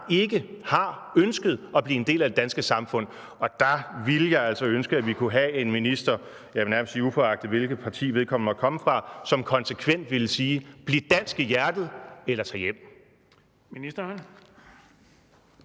ikke har ønsket at blive en del af det danske samfund. Og der ville jeg altså ønske, at vi kunne have en minister – jeg vil nærmest sige, uanset hvilket parti vedkommende måtte komme fra – som konsekvent ville sige: Bliv dansk i hjertet – eller tag hjem.